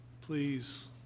please